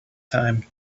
time